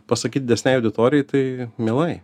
pasakyt didesnei auditorijai tai mielai